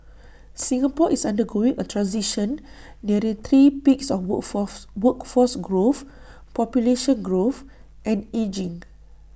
Singapore is undergoing A transition nearing three peaks of workforce workforce growth population growth and ageing